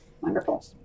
Wonderful